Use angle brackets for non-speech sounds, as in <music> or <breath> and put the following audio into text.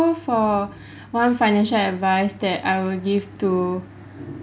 for <breath> one financial advice that I will give to